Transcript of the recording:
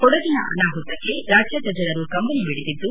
ಕೊಡಗನ ಅನಾಹುತಕ್ಕೆ ರಾಜ್ಯದ ಜನರು ಕಂಬನಿ ಮಿಡಿದಿದ್ದು